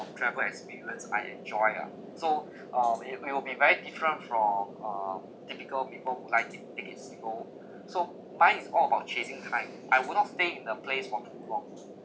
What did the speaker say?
travel experience I enjoy ah so uh it will it will be very different from uh typical people who like it take it slow so mine is all about chasing time I would not stay in the place for too long